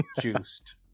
juiced